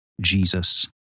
Jesus